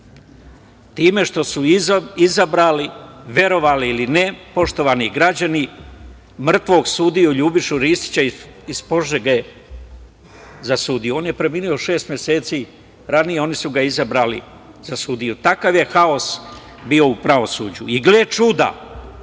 time što su izabrali, verovali ili ne, poštovani građani mrtvog sudiju Ljubišu Ristića, iz Požege, za sudiju. On je preminuo 6 meseci ranije, oni su ga izabrali za sudiju. Takav je haos bio u pravosuđu. Gle čuda,